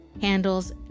handles